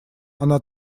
она